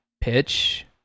pitch